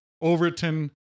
Overton